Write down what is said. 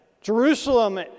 Jerusalem